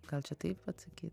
gal čia taip atsakyt